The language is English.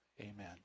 Amen